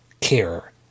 care